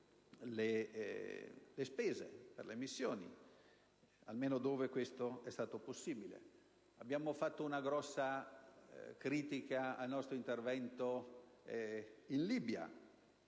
Abbiamo espresso una grande critica al nostro intervento in Libia